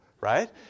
right